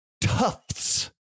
Tufts